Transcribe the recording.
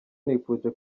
nifuje